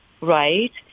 right